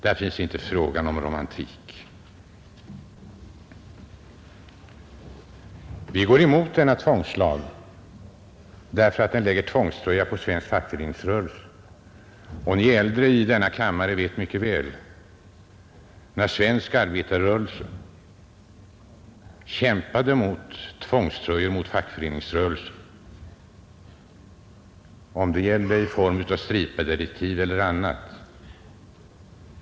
Där är det inte fråga om någon romantik. Vi inom vänsterpartiet kommunisterna är motståndare till denna tvångslag därför att den sätter en tvångströja på svensk fackföreningsrörelse. De äldre ledamöterna i denna kammare kommer mycket väl ihåg när svensk arbetarrörelse kämpade mot tvångströjor på fackföreningsrörelsen, om det gällde Stripadirektiv eller annat.